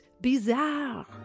bizarre